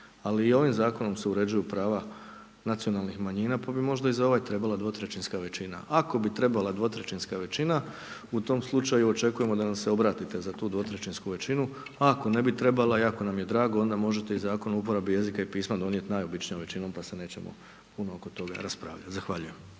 ali i ovim zakonom se uređuju prava nacionalnih manjina, pa bi možda i za ovaj trebala dvotrećinska većina, ako bi trebala dvotrećinska većina u tom slučaju očekujemo da nam se obratite za tu dvotrećinsku većinu, a ako ne bi trebala jako nam je drago onda možete i zakon o uporabi jezika i pisma donijet najobičnijom većinom pa se nećemo puno oko toga raspravljat. Zahvaljujem.